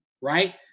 right